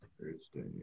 Thursday